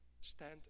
stand